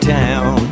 town